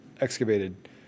excavated